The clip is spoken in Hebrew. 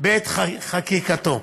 בעת חקיקתו.